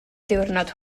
diwrnod